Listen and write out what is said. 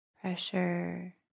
pressure